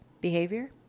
behavior